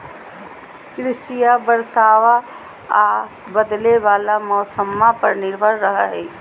कृषिया बरसाबा आ बदले वाला मौसम्मा पर निर्भर रहो हई